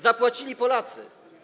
Zapłacili Polacy.